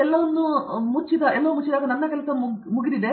ದೀಪಾ ವೆಂಕಟೇಶ್ ಎಲ್ಲವನ್ನೂ ಮುಚ್ಚಿ ನನ್ನ ಕೆಲಸ ಮುಗಿದಿದೆ